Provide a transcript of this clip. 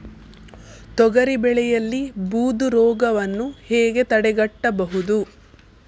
ತೊಗರಿ ಬೆಳೆಯಲ್ಲಿ ಬೂದು ರೋಗವನ್ನು ಹೇಗೆ ತಡೆಗಟ್ಟಬಹುದು?